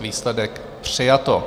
Výsledek: přijato.